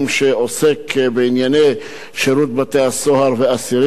שעוסק בענייני שירות בתי-הסוהר ואסירים,